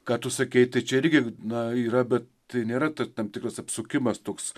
ką tu sakei tai čia irgi na yra bet tai nėra t tam tikras apsukimas toks